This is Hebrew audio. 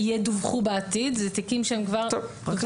שידווחו בעתיד אלא אלה תיקים שהם כבר ישנם.